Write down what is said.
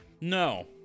no